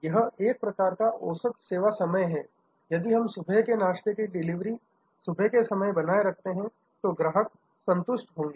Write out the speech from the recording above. यह एक प्रकार का औसत सेवा समय है यदि हम सुबह के नाश्ते की डिलीवरी सुबह समय पर बनाए रखते हैं तो ग्राहक संतुष्ट होंगे